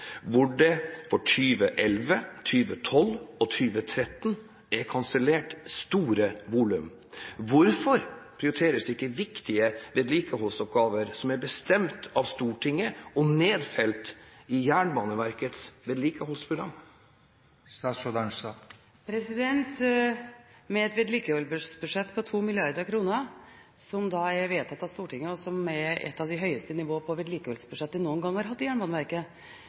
hvor det for 2011, 2012 og 2013 er kansellert store volum. Hvorfor prioriteres ikke viktige vedlikeholdsoppgaver som er bestemt av Stortinget og nedfelt i Jernbaneverkets vedlikeholdsprogram? Med et vedlikeholdsbudsjett på 2 mrd. kr, som er vedtatt av Stortinget, og som er et av de høyeste nivåene et vedlikeholdsbudsjett noen gang har hatt i Jernbaneverket, finner ikke Samferdselsdepartementet grunn til å overprøve de faglige vurderingene som Jernbaneverket